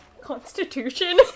Constitution